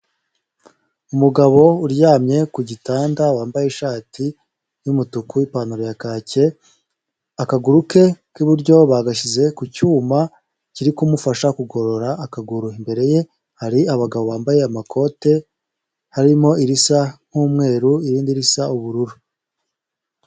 Umugabo uryamye ku gitanda wambaye ishati y'umutuku n'ipantaro ya kake, akaguru ke k'iburyo bagashyize ku cyuma kiri kumufasha kugorora akaguru, imbere ye hari abagabo bambaye amakote harimo irisa nk'umweru irindi risa ubururu.